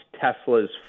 Tesla's